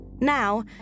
Now